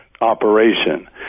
operation